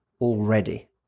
already